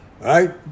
right